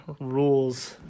rules